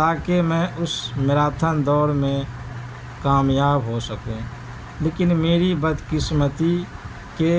تاکہ میں اس میراتھن دوڑ میں کامیاب ہو سکوں لیکن میری بدقسمتی کہ